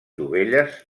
dovelles